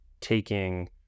taking